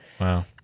wow